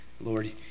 Lord